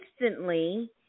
instantly –